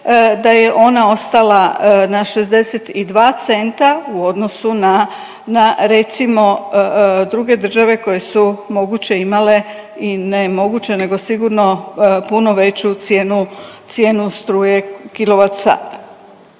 da je ona ostala na 62 centa u odnosu na, na recimo druge države koje su moguće imale i ne moguće nego sigurno puno veću cijenu, cijenu